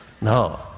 no